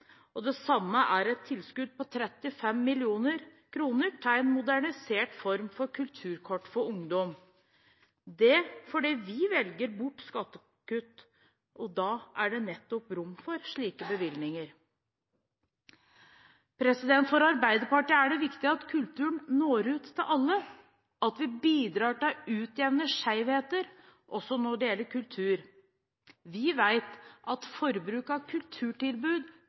og det samme er et tilskudd på 35 mill. kr til en modernisert form for Kulturkort for ungdom. Det er fordi vi velger bort skattekutt, og da er det nettopp rom for slike bevilgninger. For Arbeiderpartiet er det viktig at kulturen når ut til alle, at vi bidrar til å utjevne skjevheter også når det gjelder kultur. Vi vet at forbruk av kulturtilbud